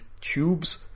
tubes